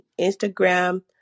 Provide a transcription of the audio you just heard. Instagram